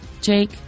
Jake